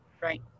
right